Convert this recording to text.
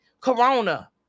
corona